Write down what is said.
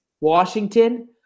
Washington